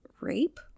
rape